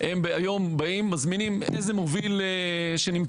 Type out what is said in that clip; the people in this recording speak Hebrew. הם היום, באים, מזמינים איזה מוביל שנמצא.